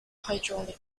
hydraulic